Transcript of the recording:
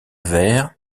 vers